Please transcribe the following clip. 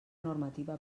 normativa